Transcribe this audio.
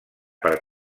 per